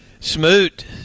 Smoot